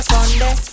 Sunday